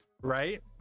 right